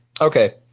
Okay